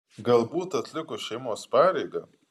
galbūt atlikus šeimos pareigą